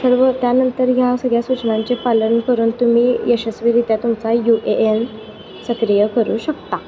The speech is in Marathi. सर्व त्यानंतर ह्या सगळ्या सूचनांचे पालन करून तुम्ही यशस्वीरित्या तुमचा यू ए ए एन सक्रिय करू शकता